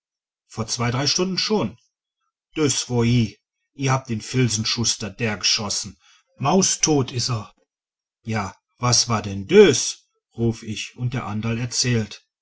vor zwei drei stunden schon dös war i i hab den filzenschuster derschossen maustot is er ja was war denn dös ruf ich und der anderl erzählt